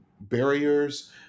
barriers